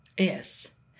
Yes